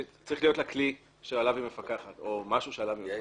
צריך להיות לה כלי שעליו היא מפקחת או משהו שעליו היא מפקחת.